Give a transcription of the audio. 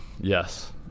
Yes